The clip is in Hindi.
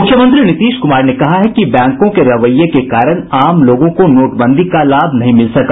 मुख्यमंत्री नीतीश कुमार ने कहा है कि बैंकों के रवैये के कारण आमलोगों को नोटबंदी का लाभ नहीं मिल सका